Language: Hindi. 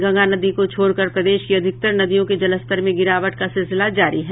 गंगा नदी को छोड़कर प्रदेश की अधिकतर नदियों के जलस्तर में गिरावट का सिलसिला जारी है